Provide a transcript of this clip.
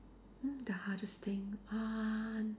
mm the hardest thing uh